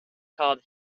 called